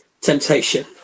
temptation